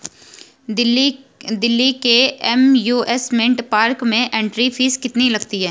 दिल्ली के amusement park में entry fees कितनी लगती है?